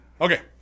Okay